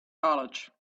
college